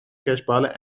kerstballen